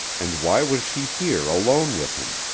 and why was she here alone with him?